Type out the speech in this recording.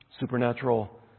Supernatural